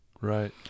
Right